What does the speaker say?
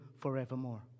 forevermore